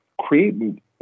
create